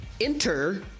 Enter